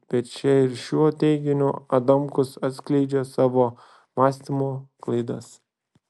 bet ir šiuo teiginiu adamkus atskleidžia savo mąstymo klaidas